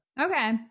Okay